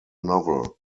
novel